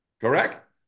Correct